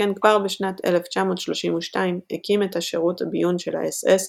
שכן כבר בשנת 1932 הקים את שירות הביון של האס־אס,